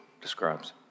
describes